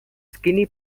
skinny